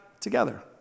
together